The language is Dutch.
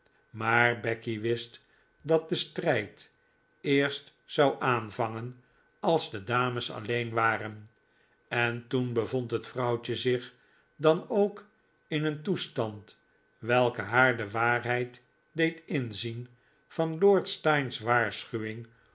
maar becky wist dat de strijd eerst zou aanvangen als de dames alleen waren en toen bevond het vrouwtje zich dan ook in een toestand welke haar de waarheid deed inzien van lord steyne's waarschuwing